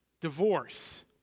divorce